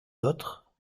d’autre